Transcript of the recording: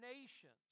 nations